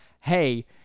hey